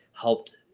helped